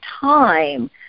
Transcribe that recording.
time